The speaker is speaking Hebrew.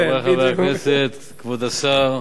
כן, חברי חברי הכנסת, כבוד השר,